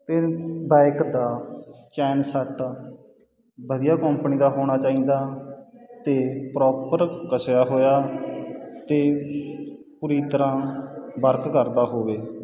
ਤੇ ਬਾਇਕ ਦਾ chain set ਵਧੀਆ ਕੰਪਨੀ ਦਾ ਹੋਣਾ ਚਾਹੀਦਾ ਤੇ ਪ੍ਰੋਪਰ ਕੱਸਿਆ ਹੋਇਆ ਤੇ ਪੂਰੀ ਤਰਹਾਂ ਵਰਕ ਕਰਦਾ ਹੋਵੇ